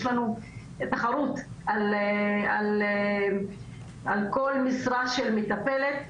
יש לנו תחרות על כל משרה של מטפלת,